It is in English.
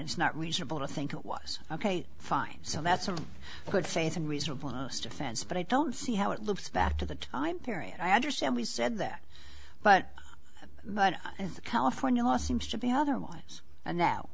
it's not reasonable to think it was ok fine so that's a good faith and reasonable defense but i don't see how it loops back to the time period i understand we said that but but the california law seems to be otherwise and now